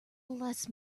bless